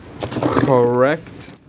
correct